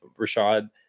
Rashad